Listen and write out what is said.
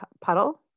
puddle